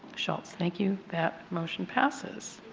schultz. thank you. that motion passes.